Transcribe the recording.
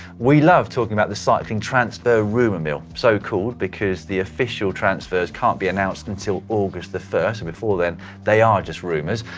we love talking about the cycling transfer rumor mill, so-called because the official transfers can't be announced until august the first, and before then they are just rumors.